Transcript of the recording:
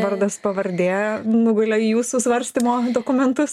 vardas pavardė nugulė į jūsų svarstymo dokumentus